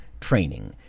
training